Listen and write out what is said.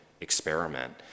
Experiment